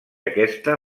aquesta